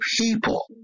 people